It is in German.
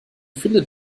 findet